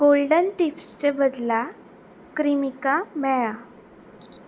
golden टिप्सचे बदला क्रिमिका मेळ्ळां